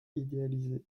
idéalisé